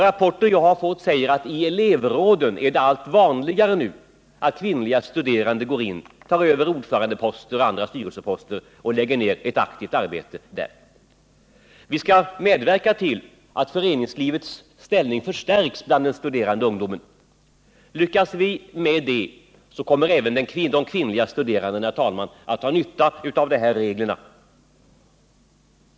Rapporter som jag har fått säger att i elevråden är det nu allt vanligare att kvinnliga studerande går in, tar över ordförandeposter och andra styrelseposter och lägger ned ett aktivt arbete där. Vi skall medverka till att föreningslivets ställning förstärks bland den studerande ungdomen. Lyckas vi med det, kommer även de kvinnliga studerande, herr talman, att ha nytta av de här reglerna.